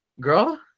Girl